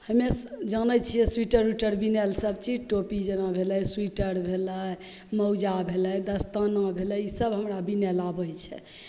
हमे जानै छिए सोइटर उइटर बिनैले सबचीज टोपी जेना भेलै सोइटर भेलै मौजा भेलै दस्ताना भेलै ईसब हमरा बिनैलए अबै छै